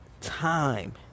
time